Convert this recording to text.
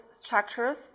structures